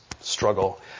struggle